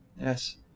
Yes